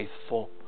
faithful